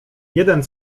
jeden